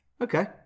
Okay